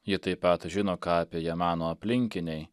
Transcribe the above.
ji taip pat žino ką apie ją mano aplinkiniai